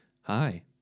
hi